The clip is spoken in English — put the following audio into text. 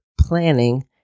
planning